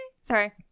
Sorry